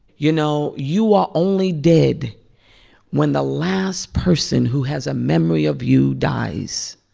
you know, you are only dead when the last person who has a memory of you dies.